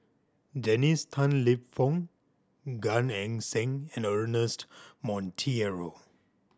Dennis Tan Lip Fong Gan Eng Seng and Ernest Monteiro